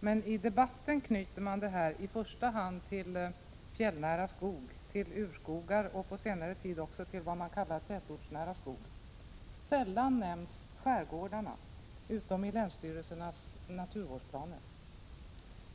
Men i debatten knyter man detta i första hand till fjällnära skog, till urskogar och på senare tid också till vad man kallar tätortsnära skog — sällan nämns skärgårdarna utom i länsstyrelsernas naturvårdsplaner.